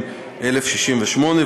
מ/1068,